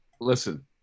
Listen